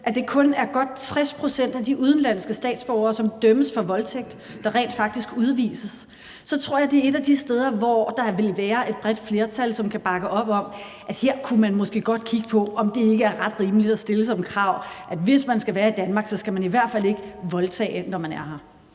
at det kun er godt 60 pct. af de udenlandske statsborgere, som dømmes for voldtægt, der rent faktisk udvises, så tror jeg, at det er et af de steder, hvor der vil være et bredt flertal, som kan bakke op om, at her kunne man måske godt kigge på, om det ikke er ret rimeligt at stille som krav, at hvis man skal være i Danmark, skal man i hvert fald ikke begå voldtægt, når man er her.